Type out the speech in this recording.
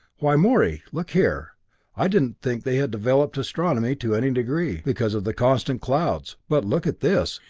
why, morey, look here i didn't think they had developed astronomy to any degree, because of the constant clouds, but look at this.